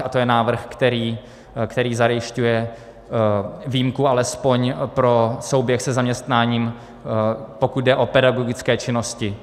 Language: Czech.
To je návrh, který zajišťuje výjimku alespoň pro souběh se zaměstnáním, pokud jde o pedagogické činnosti.